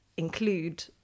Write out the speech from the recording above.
include